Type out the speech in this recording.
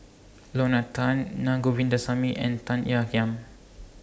Lorna Tan Naa Govindasamy and Tan Ean Kiam